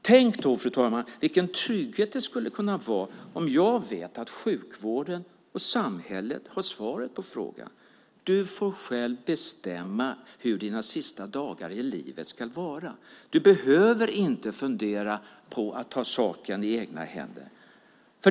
Tänk vilken trygghet det skulle kunna vara om jag vet att sjukvården och samhället har svaret på frågan: Du får själv bestämma hur dina sista dagar i livet ska vara. Du behöver inte fundera på att ta saken i egna händer.